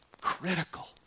critical